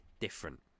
different